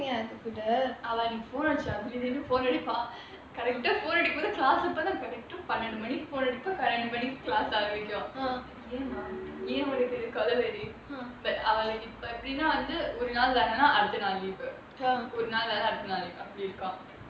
அவ எனக்கு:ava enakku phone அடிச்சா திடீர் திடீர்னு:adichaa thidir thidirnu phone அடிப்பா:adippaa correct ah phone அடிக்கும் போது பன்னிரண்டு மணிக்கு:adikkum pothu pannirandu manikku phone எடுத்தா பன்னிரண்டு மணிக்கு:eduthaa pannirandru manikku class ஆரம்பிக்கும் ஏன் மா ஏன் இந்த கொல வெறி அவ ஒரு நாள் விட்டு வருவா:arambikkum yen maa indha kola veri ava oru naal vittu varuvaa